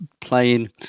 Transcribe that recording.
playing